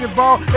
ball